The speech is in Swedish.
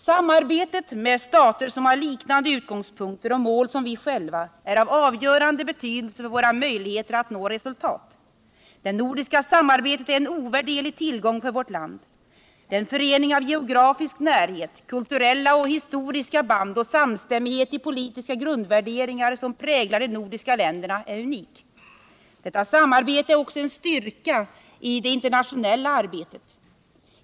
Samarbetet med stater som har liknande utgångspunkter och mål som vi själva är av avgörande betydelse för våra möjligheter att nå resultat. Det nordiska samarbetet är en ovärderlig tillgång för vårt land. Den förening av geografisk närhet, kulturella och historiska band och samstämmighet i politiska grundvärderingar som präglar de nordiska länderna är unik. Detta samarbete är också en styrka i det internationella arbetet.